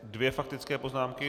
Dvě faktické poznámky.